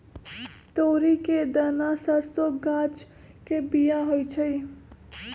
तोरी के दना सरसों गाछ के बिया होइ छइ